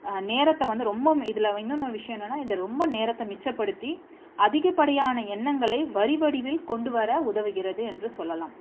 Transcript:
நேரத்தை வந்து ரொம்ப இதில் இன்னொன்று ஒரு விஷயம் என்னென்னா இது ரொம்ப நேரத்தை மிச்சப்படுத்தி அதிகப்படியான எண்ணங்களை வரி வடிவில் கொண்டு வர உதவுகிறது என்று சொல்லலாம்